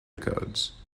codes